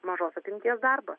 mažos apimties darbą